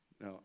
Now